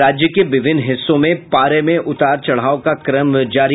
और राज्य के विभिन्न हिस्सों में पारे में उतार चढ़ाव का क्रम जारी